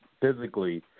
physically